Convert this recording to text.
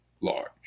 large